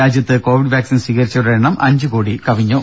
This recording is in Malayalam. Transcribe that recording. രാജ്യത്ത് കോവിഡ് വാക്സിൻ സ്വീകരിച്ചവരുടെ എണ്ണം അഞ്ച് കോടി കവിഞ്ഞു